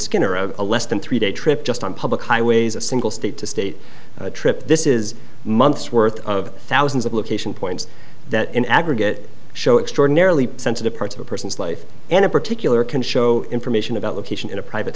a less than three day trip just on public highways a single state to state trip this is months worth of thousands of location points that in aggregate show extraordinarily sensitive parts of a person's life and in particular can show information about location in a private